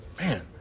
Man